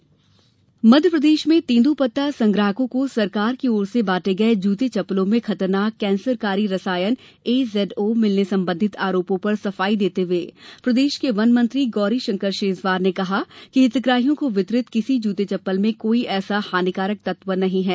जुता विवाद मध्यप्रदेश में तेंदूपत्ता संग्राहकों को सरकार की ओर से बांटे गए जूते चप्पलों में खतरनाक कैंसरकारी रसायन एजैडओ मिलने संबंधित आरोपों पर सफाई देते हुए प्रदेश के वन मंत्री गौरीशंकर शेजवार ने कहा कि हितग्राहियों को वितरित किसी जूते चप्पल में ऐसा कोई हानिकारक तत्व नहीं है